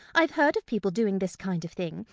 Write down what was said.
i've heard of people doing this kind of thing,